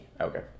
Okay